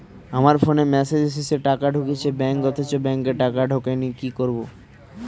আমার ফোনে মেসেজ এসেছে টাকা ঢুকেছে ব্যাঙ্কে অথচ ব্যাংকে টাকা ঢোকেনি কি করবো?